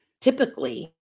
typically